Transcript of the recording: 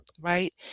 right